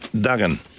Duggan